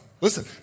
Listen